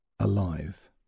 Alive